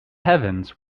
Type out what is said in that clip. heavens